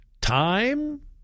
time